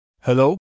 Hello